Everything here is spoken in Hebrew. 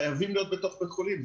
חייבים להיות בתוך בית החולים,